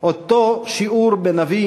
באותו שיעור בנביא